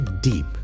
deep